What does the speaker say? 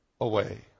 away